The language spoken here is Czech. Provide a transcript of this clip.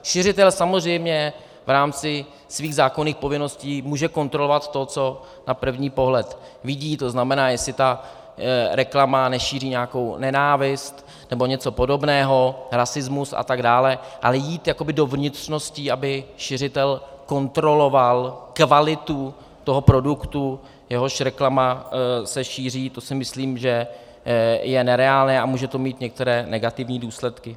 Šiřitel samozřejmě v rámci svých zákonných povinností může kontrolovat to, co na první pohled vidí, to znamená, jestli ta reklama nešíří nějakou nenávist nebo něco podobného, rasismus a tak dále, ale jít jakoby do vnitřností, aby šiřitel kontroloval kvalitu toho produktu, jehož reklama se šíří, to si myslím, že je nereálné a může to mít některé negativní důsledky.